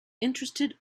interested